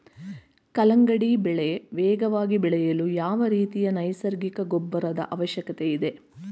ಕಲ್ಲಂಗಡಿ ಬೆಳೆ ವೇಗವಾಗಿ ಬೆಳೆಯಲು ಯಾವ ರೀತಿಯ ನೈಸರ್ಗಿಕ ಗೊಬ್ಬರದ ಅವಶ್ಯಕತೆ ಇದೆ?